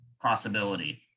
possibility